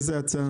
איזה הצעה?